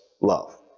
love